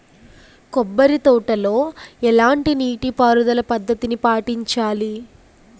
కొబ్బరి తోటలో ఎలాంటి నీటి పారుదల పద్ధతిని పాటించాలి?